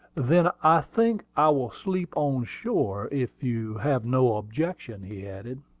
then i think i will sleep on shore, if you have no objection, he added.